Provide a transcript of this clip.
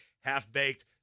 Half-Baked